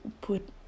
put